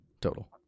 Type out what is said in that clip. total